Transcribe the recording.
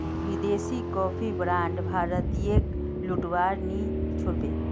विदेशी coffee brands भारतीयेक लूटवा नी छोड़ बे